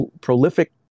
prolific